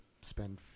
spend